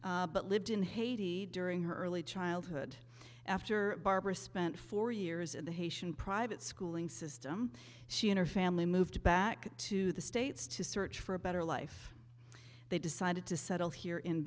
but lived in haiti during her early childhood after barbara spent four years in the haitian private schooling system she and her family moved back to the states to search for a better life they decided to settle here in